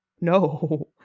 No